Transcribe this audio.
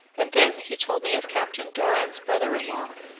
and then he told me of captain doran's brother-in-law,